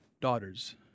Daughters